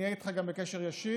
אני אהיה איתך גם בקשר ישיר,